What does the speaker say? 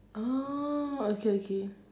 oh okay okay